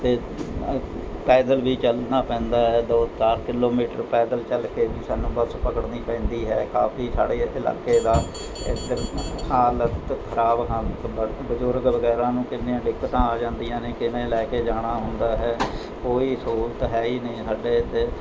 ਅਤੇ ਅ ਪੈਦਲ ਵੀ ਚੱਲਣਾ ਪੈਂਦਾ ਹੈ ਦੋ ਚਾਰ ਕਿਲੋਮੀਟਰ ਪੈਦਲ ਚੱਲ ਕੇ ਵੀ ਸਾਨੂੰ ਬੱਸ ਪਕੜਨੀ ਪੈਂਦੀ ਹੈ ਕਾਫੀ ਸਾਡੇ ਇਸ ਇਲਾਕੇ ਦਾ ਇਧਰ ਹਾਲਤ ਖਰਾਬ ਹਨ ਬ ਬਜ਼ੁਰਗ ਵਗੈਰਾ ਨੂੰ ਕਿੰਨੀਆਂ ਦਿੱਕਤਾਂ ਆ ਜਾਂਦੀਆਂ ਨੇ ਕਿਵੇਂ ਲੈ ਕੇ ਜਾਣਾ ਹੁੰਦਾ ਹੈ ਕੋਈ ਸਹੂਲਤ ਹੈ ਹੀ ਨਹੀਂ ਸਾਡੇ ਇੱਥੇ